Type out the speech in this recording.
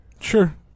Sure